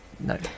No